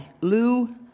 Lou